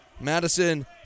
Madison